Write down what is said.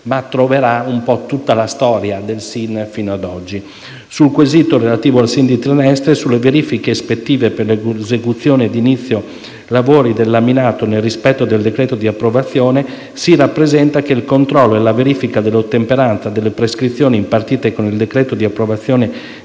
relazione un po' tutta la storia del SIN, fino ad oggi. Sul quesito relativo al SIN di Trieste e sulle verifiche ispettive per l'esecuzione di inizio lavori del laminato nel rispetto del decreto di approvazione, si rappresenta che il controllo e la verifica dell'ottemperanza delle prescrizioni impartite con il decreto di approvazione